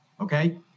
Okay